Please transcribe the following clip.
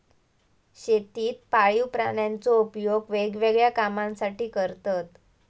शेतीत पाळीव प्राण्यांचो उपयोग वेगवेगळ्या कामांसाठी करतत